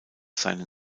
seinen